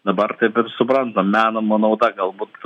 dabar taip ir suprantam menama nauda galbūt